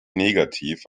negativ